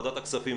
ועדת הכספים,